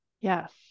yes